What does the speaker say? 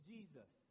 Jesus